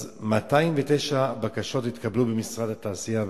209 בקשות התקבלו במשרד התעשייה,